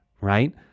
Right